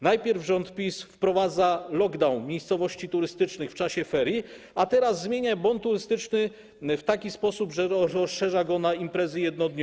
Najpierw rząd PiS wprowadza lockdown miejscowości turystycznych w czasie ferii, a teraz zmienia bon turystyczny w taki sposób, że rozszerza go na imprezy jednodniowe.